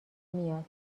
میاد